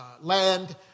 land